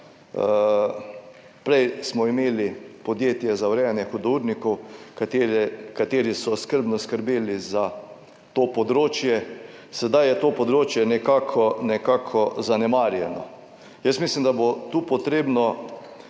Prej smo imeli Podjetje za urejanje hudournikov, kateri so skrbno skrbeli za to področje. Sedaj je to področje nekako zanemarjeno. Jaz mislim, da bo tu potrebno,